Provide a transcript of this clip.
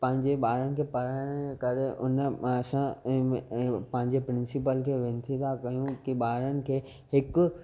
पंहिंजे ॿारनि खे पढ़ाइनि जे करे उन असां पंहिंजे प्रिंसिपल खे वेनती था कयूं की ॿारनि खे हिकु